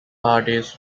parties